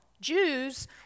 Jews